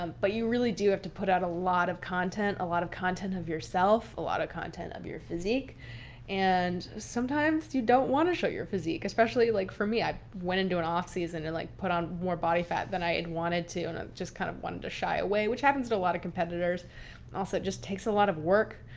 um but you really do have to put out a lot of content, a lot of content of yourself, a lot of content of your physique and sometimes you don't want to show your physique. especially like for me, i went into an off season and like put on more body fat than i had wanted to and i just kind of wanted to shy away. which happens to a lot of competitors also. it just takes a lot of work,